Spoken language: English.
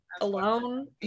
alone